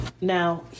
Now